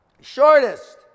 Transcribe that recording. Shortest